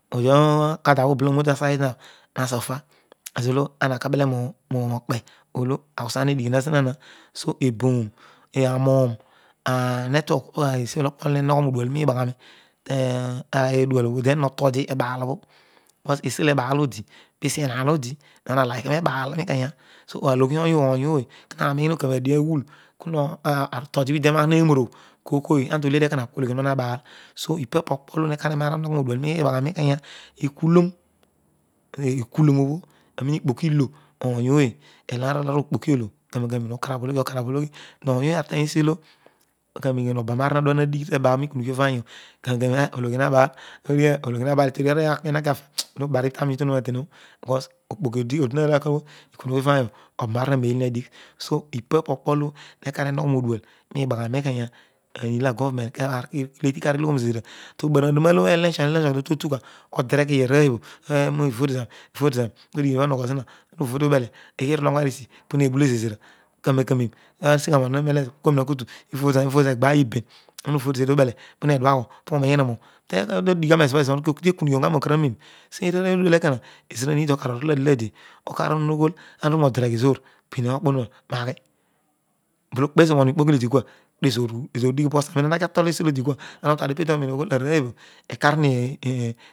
Odrán okada bho ubulo atuosa zrig bho nasuta ezo blo oma kabele rookpe ole arghiusan hedighing zura na so eboore arogoro a latark esvolokpo hemogho loodual roiibaghani te- odeal obvo otodi ebaal obko cutesto ebaas odi pesi eraen odi duer eeliki rebaal oikeya solbyki ony aby, kedio otradi obho idireroa bho noro oroyh koojooy amadoledio ekomg noologh, onnma habaal solpa pokpolo ikar hehogho roodual alibashara, rookenyas.